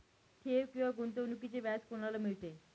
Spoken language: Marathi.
ठेव किंवा गुंतवणूकीचे व्याज कोणाला मिळते?